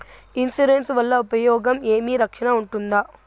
Insurance వల్ల ఉపయోగం ఏమి? రక్షణ ఉంటుందా?